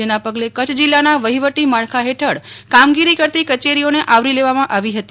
જેના પગલે કચ્છ જિલ્લાના વહીવટી માળખા હેઠળ કામગીરી કરતી કચેરીઓને આવરી લેવામાં આવી હતી